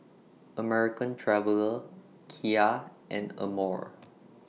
American Traveller Kia and Amore